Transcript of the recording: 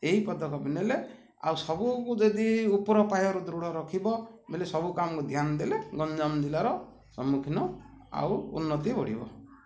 ଏହି ପଦକ୍ଷେପ ନେଲେ ଆଉ ସବୁକୁ ଯଦି ଉପର ପାହ୍ୟାରୁ ଦୃଢ଼ ରଖିବ ବେଲେ ସବୁ କାମ୍କୁ ଧ୍ୟାନ୍ ଦେଲେ ଗଞ୍ଜାମ ଜିଲ୍ଲାର ସମ୍ମୁଖିନ ଆଉ ଉନ୍ନତି ବଢ଼ିବ